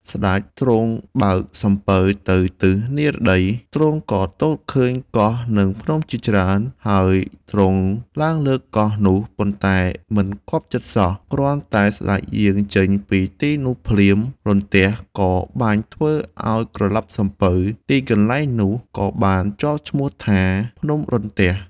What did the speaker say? ស្ដេចទ្រង់បើកសំពៅទៅទិសនិរតី ទ្រង់ក៏ទតឃើញកោះនិងភ្នំជាច្រើន ហើយទ្រង់ឡើងលើកោះនោះ ប៉ុន្តែមិនគាប់ចិត្តសោះ គ្រាន់តែស្តេចយាងចេញពីទីនោះភ្លាមរន្ទះក៏បាញ់ធ្វើឲ្យក្រឡាប់សំពៅ ទីកន្លែងនោះក៏បានជាប់ឈ្មោះថា ភ្នំរន្ទះ។